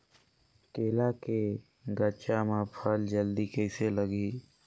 केला के गचा मां फल जल्दी कइसे लगही?